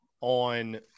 on